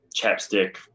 chapstick